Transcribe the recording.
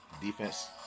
defense